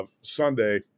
Sunday